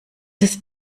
ist